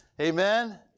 Amen